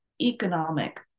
economic